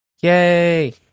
Yay